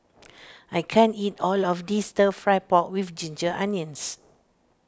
I can't eat all of this Stir Fry Pork with Ginger Onions